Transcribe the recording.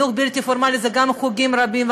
חינוך בלתי פורמלי זה גם חוגים רבים,